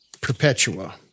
Perpetua